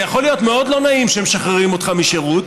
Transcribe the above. זה יכול להיות מאוד לא נעים שמשחררים אותך משירות,